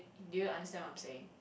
do you understand what I'm saying